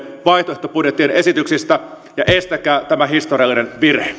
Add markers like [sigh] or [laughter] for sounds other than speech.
vaihtoehtobudjettien esityksistä ja estäkää tämä historiallinen virhe [unintelligible]